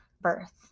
birth